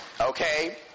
okay